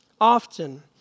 often